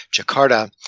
Jakarta